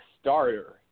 starter